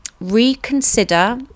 reconsider